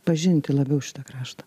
pažinti labiau šitą kraštą